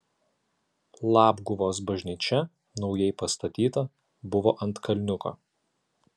labguvos bažnyčia naujai pastatyta buvo ant kalniuko